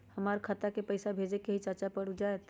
हमरा खाता के पईसा भेजेए के हई चाचा पर ऊ जाएत?